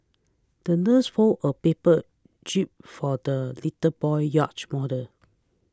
the nurse folded a paper Jib for the little boy's yacht model